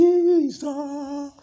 Jesus